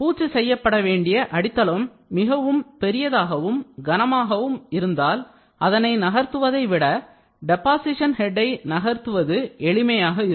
பூச்சு செய்யப்படவேண்டிய அடித்தளம் மிகவும் பெரியதாகவும் கனமானதாகவும் இருந்தால் அதனை நகர்த்துவதை விட டெபாசிஷன் ஹெட்டை நகர்த்துவது எளிமையாக இருக்கும்